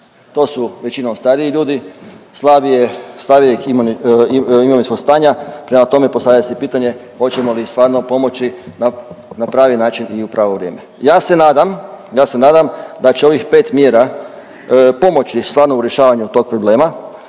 To su većinom stariji ljudi slabijeg imovinskog stanja, prema tome postavlja se pitanje hoćemo li stvarno pomoći na pravi način i u pravo vrijeme. Ja se nadam, ja se nadam da će ovih pet mjera pomoći stvarno u rješavanju tog problema